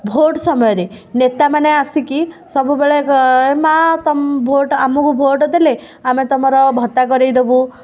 vote ସମୟରେ ନେତାମାନେ ଆସି ସବୁବେଳେ ଏ ମା ତୁମେ ଆମକୁ ଭୋଟ ଦେଲେ ଆମେ ତୁମର ଭତ୍ତା କରେଇଦେବୁ